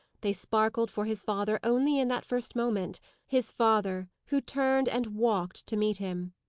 they sparkled for his father only in that first moment his father, who turned and walked to meet him.